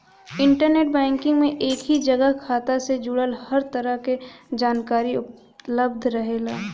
internet banking में एक ही जगह खाता से जुड़ल हर तरह क जानकारी उपलब्ध रहेला